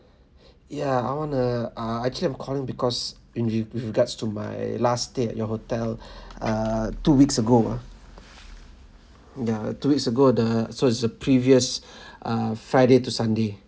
ya I want to ah actually I'm calling because in re~ regards to my last stayed at your hotel uh two weeks ago ah ya two weeks ago the so is a previous uh friday to sunday